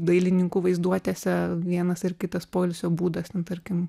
dailininkų vaizduotėse vienas ar kitas poilsio būdas na tarkim